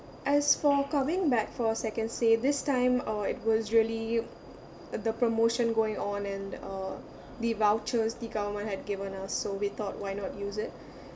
as for coming back for second stay this time uh it was really uh the promotion going on and uh the vouchers the government had given us so we thought why not use it